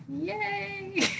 Yay